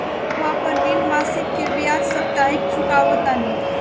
हम अपन ऋण मासिक के बजाय साप्ताहिक चुकावतानी